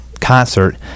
concert